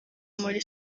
muri